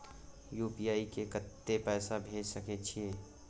UPI से कत्ते पैसा भेज सके छियै?